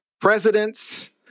presidents